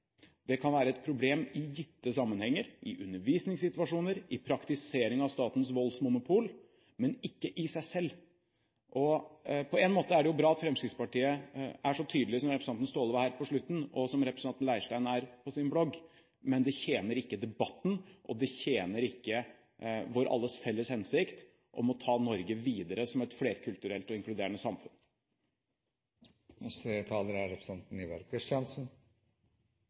Det kan være et problem i gitte sammenhenger – i undervisningssituasjoner, i praktisering av statens voldsmonopol – men ikke i seg selv. På en måte er det bra at Fremskrittspartiet er så tydelige som representanten Staahle var her på slutten – og som representanten Leirstein er på sin blogg. Men det tjener ikke debatten, og det tjener ikke vår alles felles hensikt, nemlig å ta Norge videre som et flerkulturelt og inkluderende samfunn. Jeg er ganske sikker på at Fremskrittspartiet er